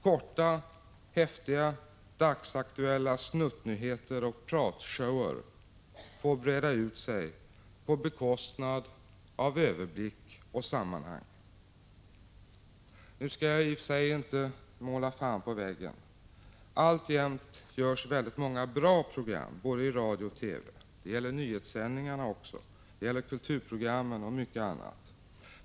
Korta, häftiga, dagsaktuella snuttnyheter och pratshower får breda ut sig på bekostnad av överblick och sammanhang. Nu skall jag i och för sig inte måla fan på väggen. Alltjämt görs väldigt många bra program i både radio och TV. Det gäller nyhetssändningarna också, det gäller kulturprogrammen och mycket annat.